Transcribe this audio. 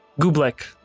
Gublek